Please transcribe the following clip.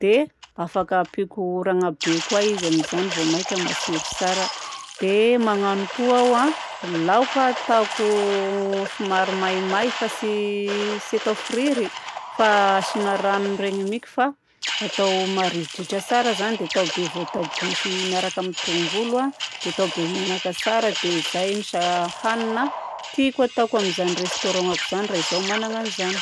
dia afaka ampiako oragna be koa izy amin'izany vao mainka matsiro tsara. Dia magnano koa aho a laoka ataoko somary maimay fa tsy tsy atao friry fa asiana ranony ireny miky fa atao maridritra tsara izany dia atao be voatabia sy miaraka amin'ny tongolo koa dia atao be menaka tsara. Dia izany ny sa- hanina tiako atao amin'izany restaurant-ko izany raha izaho no manana an'izany.